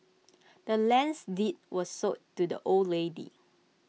the land's deed was sold to the old lady